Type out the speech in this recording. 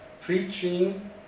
preaching